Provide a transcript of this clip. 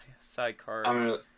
sidecar